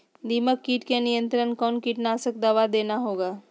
दीमक किट के नियंत्रण कौन कीटनाशक दवा देना होगा?